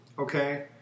okay